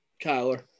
Kyler